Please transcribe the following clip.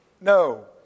No